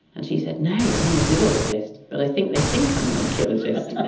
and she said, no, yeah i'm a zoologist, but i think they think i'm an archaeologist.